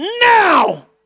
now